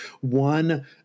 one